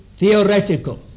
Theoretical